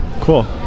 cool